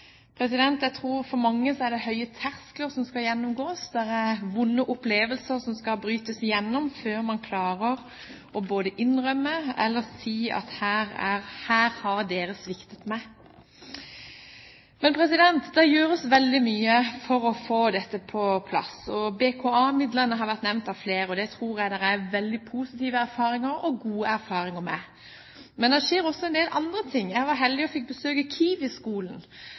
Jeg tror det for mange er høye terskler som skal gås over, det er vonde opplevelser som skal brytes igjennom, før man klarer både å innrømme og å si at her har dere sviktet meg. Det gjøres veldig mye for å få dette på plass. BKA-midlene har vært nevnt av flere, og det tror jeg det er veldig positive og gode erfaringer med. Men det skjer også en del andre ting. Jeg var heldig og fikk besøke Kiwi-skolen – jeg vet at noen andre har vært der – som ligger i